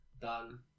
done